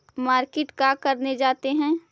Market का करने जाते हैं?